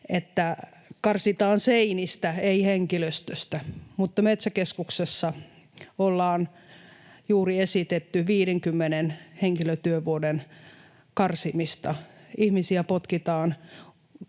että karsitaan seinistä, ei henkilöstöstä, mutta Metsäkeskuksessa on juuri esitetty 50 henkilötyövuoden karsimista. Ihmisiä potkitaan